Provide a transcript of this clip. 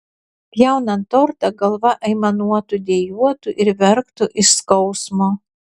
pjaunant tortą galva aimanuotų dejuotų ir verktų iš skausmo